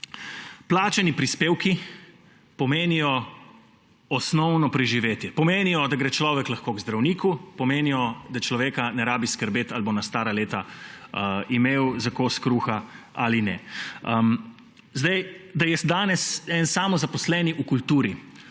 Plačani prispevki pomenijo osnovno preživetje. Pomenijo, da gre človek lahko k zdravniku, pomenijo, da človeka ne rabi skrbeti, ali bo na stara leta imel za kos kruha ali ne. Da je danes en samozaposleni v kulturi